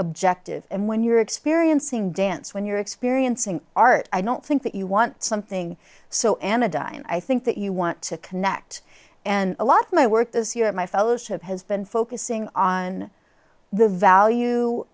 objective and when you're experiencing dance when you're experiencing art i don't think that you want something so anna die and i think that you want to connect and a lot of my work this year my fellowship has been focusing on the value